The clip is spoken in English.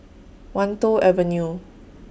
Wan Tho Avenue